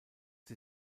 sie